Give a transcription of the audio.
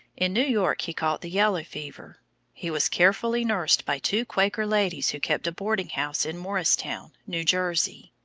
in new york he caught the yellow fever he was carefully nursed by two quaker ladies who kept a boarding house in morristown, new jersey.